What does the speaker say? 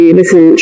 listen